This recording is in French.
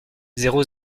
zéro